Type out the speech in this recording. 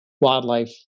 wildlife